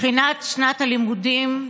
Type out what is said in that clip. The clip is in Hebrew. בתחילת שנת הלימודים,